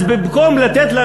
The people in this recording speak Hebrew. אז במקום לתת,